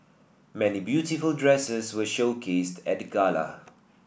many beautiful dresses were showcased at the gala